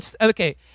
okay